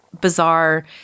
bizarre